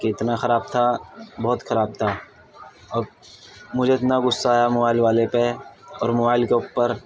کتنا خراب تھا بہت خراب تھا اور مجھے اتنا غصہ آیا موائل والے پہ اور موائل کے اوپر